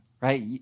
right